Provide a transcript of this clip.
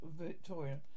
Victoria